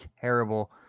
terrible